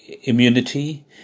immunity